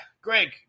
Greg